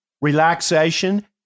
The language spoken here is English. relaxation